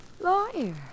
Lawyer